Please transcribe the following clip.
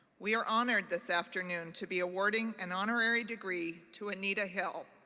we are honored this afternoon to be awarding an honorary degree to anita hill.